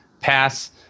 pass